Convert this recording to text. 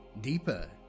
Deeper